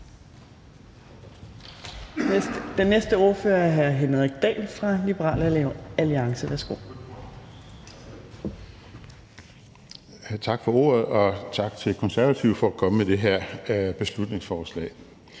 Kl. 11:55 (Ordfører) Henrik Dahl (LA): Tak for ordet, og tak til Konservative for at komme med det her beslutningsforslag.